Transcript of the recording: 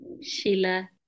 Sheila